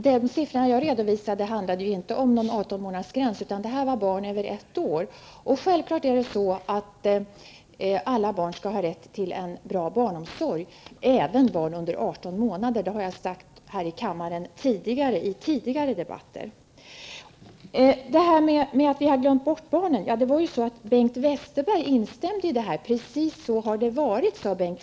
Herr talman! Det antal som jag redovisade handlade inte om någon 18-månadersgräns, utan gällde barn över ett år. Alla barn har självfallet rätt till en bra barnomsorg, även barn under 18 månader. Det har jag sagt här i kammaren i tidigare debatter. Talet om att vi socialdemokrater har glömt bort barnen instämde Bengt Westerberg i. Precis så har det varit, sade han.